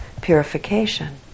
purification